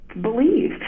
believe